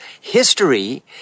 History